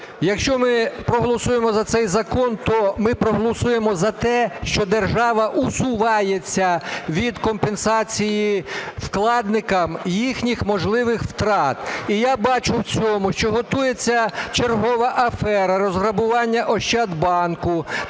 якщо ми проголосуємо за цей закон, то ми проголосуємо за те, що держава усувається від компенсації вкладникам їхніх можливих втрат. І я бачу в цьому, що готується чергова афера – розграбування Ощадбанку.